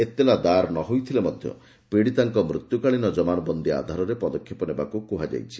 ଏତଲା ଦାଏର ନ ହୋଇଥିଲେ ମଧ୍ୟ ପୀଡ଼ିତାଙ୍କ ମୃତ୍ୟୁକାଳୀନ ଜମାନବନ୍ଦୀ ଆଧାରରେ ପଦକ୍ଷେପ ନେବାକୁ କୁହାଯାଇଛି